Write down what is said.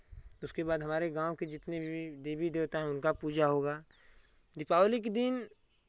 उसके बाद हमारे गाँव के जितने भी देवी देवता हैं उनका पूजा होगा दीपावली के दिन